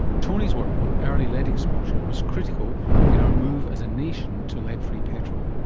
tony's work on early lead exposure was critical in our move as a nation to lead-free petrol.